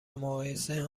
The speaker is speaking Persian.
مقایسه